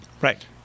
Right